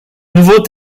nouveau